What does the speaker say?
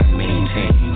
maintain